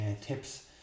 tips